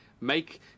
make